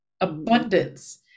abundance